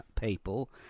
people